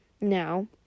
now